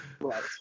Right